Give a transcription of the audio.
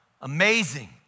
amazing